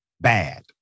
bad